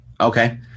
okay